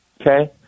okay